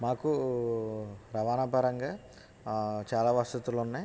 మాకు రవాణా పరంగా చాలా వసతులు ఉన్నాయి